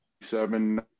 seven